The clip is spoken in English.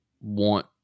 want